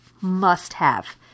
must-have